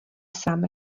sám